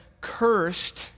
cursed